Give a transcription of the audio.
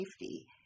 safety